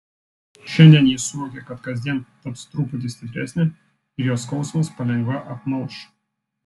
šiandien ji suvokė kad kasdien taps truputį stipresnė ir jos skausmas palengva apmalš